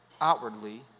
outwardly